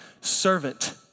servant